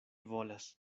volas